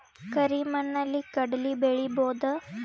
ಕರಿ ಮಣ್ಣಲಿ ಕಡಲಿ ಬೆಳಿ ಬೋದ?